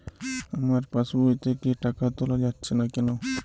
আমার পাসবই থেকে টাকা তোলা যাচ্ছে না কেনো?